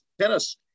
tennis